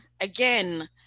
again